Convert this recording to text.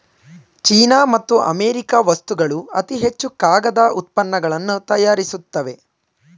China ಮತ್ತು America ವಸ್ತುಗಳು ಅತಿ ಹೆಚ್ಚು ಕಾಗದ ಉತ್ಪನ್ನಗಳನ್ನು ತಯಾರಿಸುತ್ತವೆ